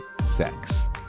sex